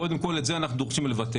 וקודם כל את זה אנחנו דורשים לבטל.